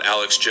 Alex